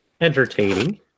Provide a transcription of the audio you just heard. entertaining